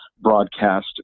broadcast